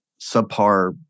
subpar